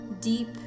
deep